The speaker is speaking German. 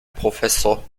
professor